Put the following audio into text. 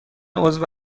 عضو